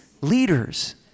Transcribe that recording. leaders